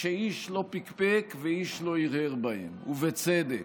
ואיש לא פקפק ואיש לא הרהר בהם, ובצדק.